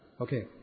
Okay